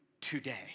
today